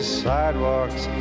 sidewalks